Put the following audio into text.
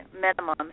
minimum